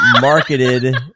marketed